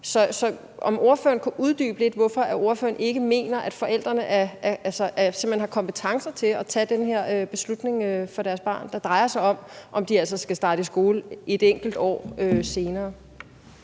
Kan ordføreren uddybe lidt, hvorfor ordføreren ikke mener, at forældrene har kompetence til at tage den her beslutning for deres børn, som altså drejer sig om, hvorvidt de skal starte i skole 1 år senere?